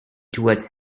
towards